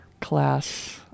class